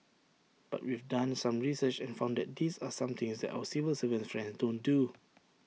but we've done some research and found that these are some things that our civil servant friends don't do